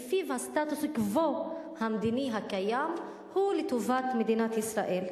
שלפיו הסטטוס-קוו המדיני הקיים הוא לטובת מדינת ישראל.